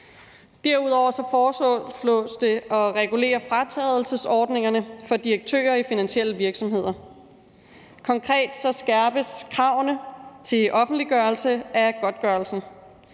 Derudover foreslås det at regulere fratrædelsesordningerne for direktører i finansielle virksomheder. Konkret skærpes kravene til offentliggørelse af godtgørelsen.